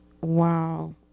Wow